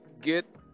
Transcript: get